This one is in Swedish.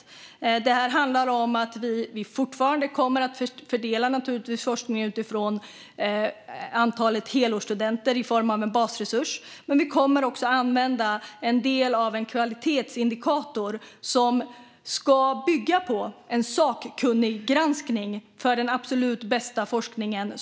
Vi kommer naturligtvis fortfarande att fördela forskningsanslagen utifrån antalet helårsstudenter i form av en basresurs, men vi kommer också att använda en del med en kvalitetsindikator som ska bygga på en sakkunniggranskning för den absolut bästa forskningen.